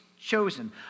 chosen